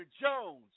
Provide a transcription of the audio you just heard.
Jones